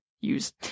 use